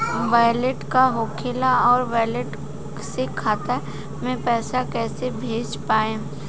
Wallet का होखेला और वैलेट से खाता मे पईसा कइसे भेज पाएम?